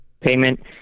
payment